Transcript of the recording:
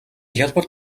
хялбар